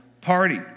party